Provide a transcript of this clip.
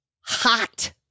hot